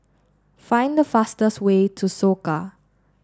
find the fastest way to Soka